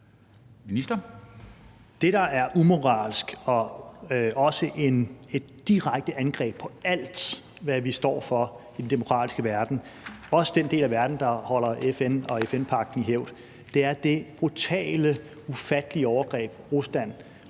Det, der er umoralsk, og også et direkte angreb på alt, hvad vi står for i den demokratiske verden, også den del af verden, der holder FN og FN-pagten i hævd, er det brutale, ufattelige overgreb, Rusland